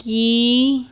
ਕੀ